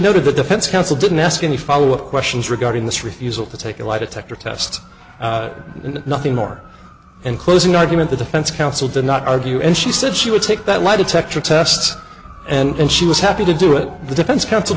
noted the defense counsel didn't ask any follow up questions regarding this refusal to take a lie detector test and nothing more in closing argument the defense counsel did not argue and she said she would take that lie detector test and she was happy to do it the defense counsel